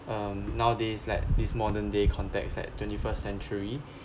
um nowadays like this modern day contacts at twenty first century